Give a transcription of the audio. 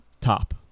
top